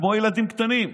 כמו ילדים קטנים.